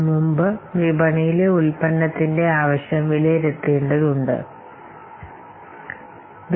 അതുകൊണ്ടാണ് വിപണിയിൽ ഈ ഉൽപ്പന്നത്തിന്റെ ആവശ്യകതയെക്കുറിച്ച് കുറച്ച് ചർച്ചചെയ്യേണ്ടത്